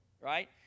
right